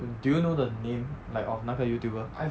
do you know the name like of 那个 YouTuber